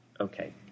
Okay